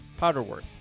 Powderworth